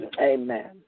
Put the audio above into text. Amen